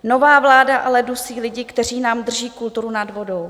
Nová vláda ale dusí lidi, kteří nám drží kulturu nad vodou.